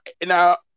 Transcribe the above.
now